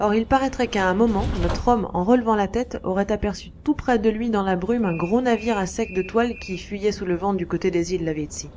or il paraîtrait qu'à un moment notre homme en relevant la tête aurait aperçu tout près de lui dans la brume un gros navire à sec de toiles qui fuyait sous le vent du côté des îles lavezzi